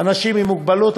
אנשים עם מוגבלות,